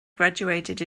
graduated